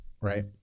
right